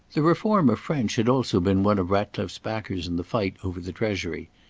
the reformer french had also been one of ratcliffe's backers in the fight over the treasury.